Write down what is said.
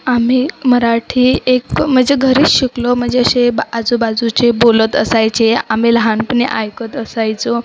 आम्ही मराठी एक म्हणजे घरीच शिकलो म्हणजे असे आजूबाजूचे बोलत असायचे आम्ही लहानपणी ऐकत असायचो